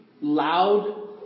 loud